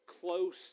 close